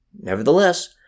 Nevertheless